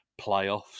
playoffs